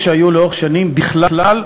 מיכל רוזין,